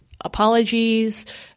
apologies